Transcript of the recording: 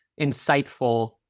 insightful